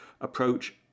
approach